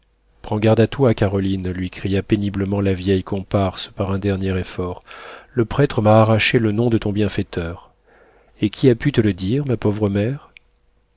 prends garde à toi caroline lui cria péniblement la vieille comparse par un dernier effort le prêtre m'a arraché le nom de ton bienfaiteur et qui a pu te le dire ma pauvre mère